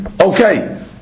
okay